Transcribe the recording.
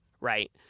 Right